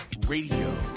Radio